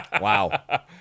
Wow